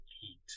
heat